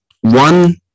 one